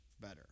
better